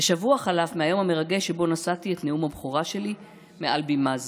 ושבוע חלף מהיום המרגש שבו נשאתי את נאום הבכורה שלי מעל בימה זו,